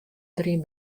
deryn